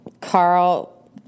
carl